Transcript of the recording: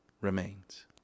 remains